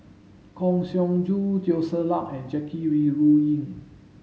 Kang Siong Joo Teo Ser Luck and Jackie Yi Ru Ying